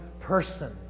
person